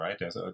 Right